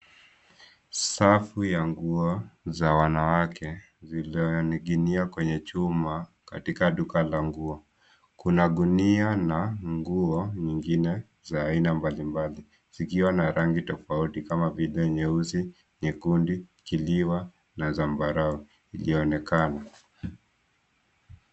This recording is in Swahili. Safu ya nguo za wanawake zilioning'inia kwa chuma katika duka la nguo. Kuna gunia na nguo nyingine za aina mbalimbali zikiwa na rangi tofauti kama vile nyeusi, nyekundu, kiliwa na zambarau vyaonekana.